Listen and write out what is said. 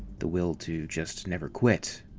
the will to just never quit.